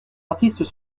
artistes